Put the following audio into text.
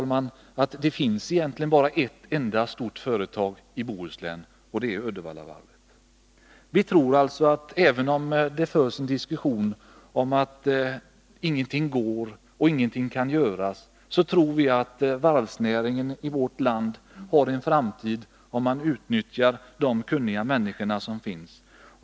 Det finns egentligen bara ett enda storföretag i Bohuslän, och det är Uddevallavarvet. Även om det förs en diskussion om att ingenting går och ingenting kan göras, tror vi att varvsnäringen i vårt land har en framtid om man utnyttjar de kunniga människor som finns.